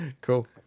Cool